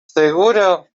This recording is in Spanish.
seguro